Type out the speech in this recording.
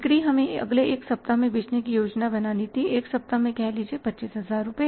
बिक्री हमें अगले एक सप्ताह में बेचने की योजना बनानी थी1 सप्ताह में कह लीजिए 25000 रुपए